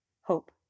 Hope